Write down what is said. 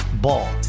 Ball